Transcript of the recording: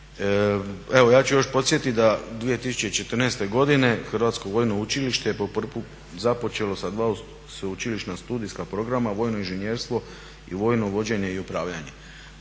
Evo ja ću još podsjetiti da 2014. godine Hrvatsko vojno učilište je po prvi puta započelo sa dva sveučilišna studijska programa vojno inženjerstvo i vojno vođenje i upravljanje.